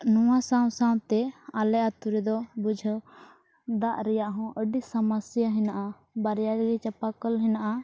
ᱱᱚᱣᱟ ᱥᱟᱶ ᱥᱟᱶᱛᱮ ᱟᱞᱮ ᱟᱛᱳ ᱨᱮᱫᱚ ᱵᱩᱡᱷᱟᱹᱣ ᱫᱟᱜ ᱨᱮᱭᱟᱜ ᱦᱚᱸ ᱟᱹᱰᱤ ᱥᱚᱢᱚᱥᱥᱟ ᱦᱮᱱᱟᱜᱼᱟ ᱵᱟᱨᱭᱟ ᱜᱮ ᱪᱟᱸᱯᱟ ᱠᱚᱞ ᱦᱮᱱᱟᱜᱼᱟ